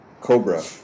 Cobra